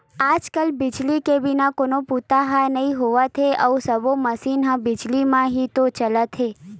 आज कल बिजली के बिना कोनो बूता ह नइ होवत हे अउ सब्बो मसीन ह बिजली म ही तो चलत हे